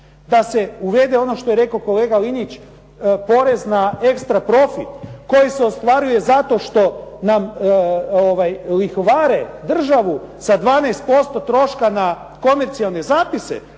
da se uvede ono što je rekao kolega Linić, porezna ekstra profit koji se ostvaruje zato što nam lihvare državu sa 12% troška na komercijalne zapise